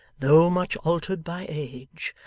though much altered by age,